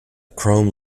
chrome